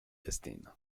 destino